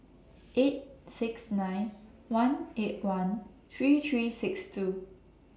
eight six nine one eight one three three six two